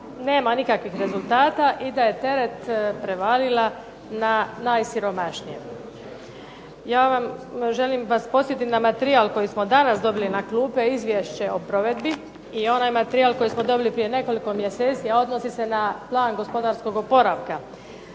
nema nikakvih rezultata i da je teret prevalila na najsiromašnije. Ja vam želim vas podsjetiti na materijal koji smo danas dobili na klupe, izvješće o provedbi, i onaj materijal koji smo dobili prije nekoliko mjeseci, a odnosi se na plan gospodarskog oporavka.